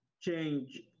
change